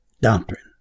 doctrine